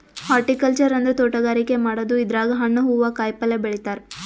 horticulture ಅಂದ್ರ ತೋಟಗಾರಿಕೆ ಮಾಡದು ಇದ್ರಾಗ್ ಹಣ್ಣ್ ಹೂವಾ ಕಾಯಿಪಲ್ಯ ಬೆಳಿತಾರ್